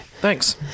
Thanks